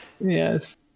Yes